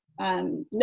No